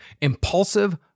impulsive